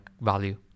value